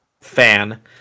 fan